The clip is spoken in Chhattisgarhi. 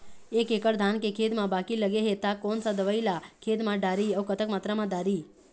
एक एकड़ धान के खेत मा बाकी लगे हे ता कोन सा दवई ला खेत मा डारी अऊ कतक मात्रा मा दारी?